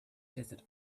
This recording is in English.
desert